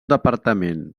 departament